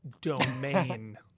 domain